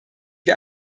wir